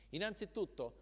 Innanzitutto